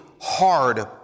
hard